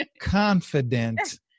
confident